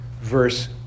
Verse